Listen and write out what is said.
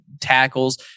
tackles